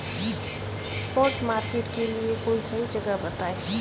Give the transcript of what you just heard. spot market के लिए कोई सही जगह बताएं